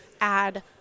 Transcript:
add